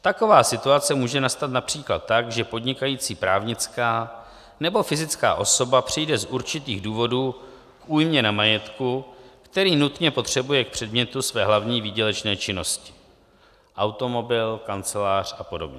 Taková situace může nastat například tak, že podnikající právnická nebo fyzická osoba přijde z určitých důvodů k újmě na majetku, který nutně potřebuje k předmětu své hlavní výdělečné činnosti: automobil, kancelář a podobně.